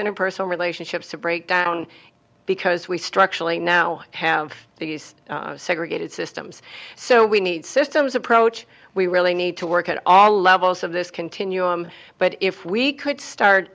interpersonal relationships to break down because we structurally now have these segregated systems so we need systems approach we really need to work at all levels of this continuum but if we could start